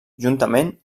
juntament